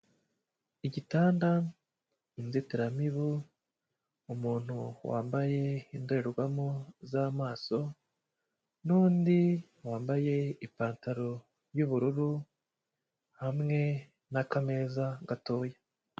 Igitanda, inzitiramibu, umuntu wambaye indorerwamo z'amaso, n'undi wambaye ipantaro y'ubururu, hamwe n'akameza gatoya.